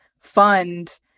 fund